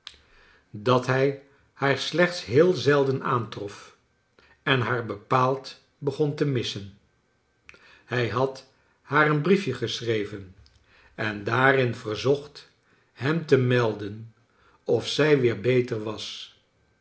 dat hij haar siechts heel zelden aantrof en liaar bepaald hegon te missen hij had haar een brief je geschreven en daariii verzocht hem te melden of zij weer beter was